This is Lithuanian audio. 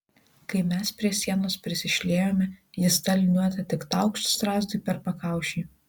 kai mes prie sienos prisišliejome jis ta liniuote tik taukšt strazdui per pakaušį